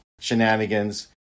shenanigans